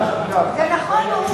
כן.